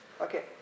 Okay